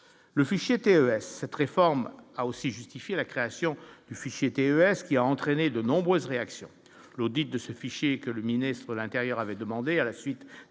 le fichier TER, cette réforme a aussi justifié la création du fichier TER, ce qui a entraîné de nombreuses réactions, l'audit de ce fichier, que le ministre de l'Intérieur avait demandé à la suite